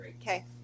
Okay